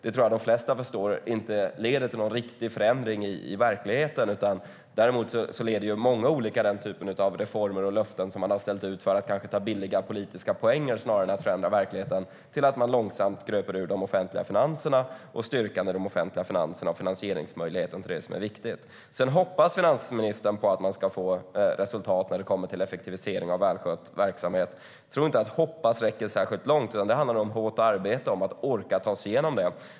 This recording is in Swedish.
Det tror jag de flesta förstår inte leder till någon riktig förändring i verkligheten. Sedan hoppas finansministern på att man ska få resultat när det kommer till effektivisering av verksamhet. Jag tror inte att "hoppas" räcker särskilt långt. Det handlar om hårt arbete och att orka ta sig igenom det.